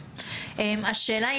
השאלה,